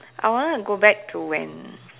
I wanted to go back to when